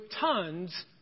tons